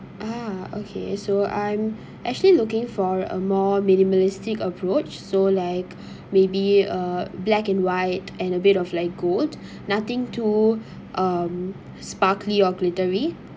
uh-huh okay so I'm actually looking for a more minimalistic approach so like maybe a black and white and a bit of like gold nothing to um sparkly or glittery